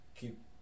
keep